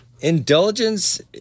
Indulgence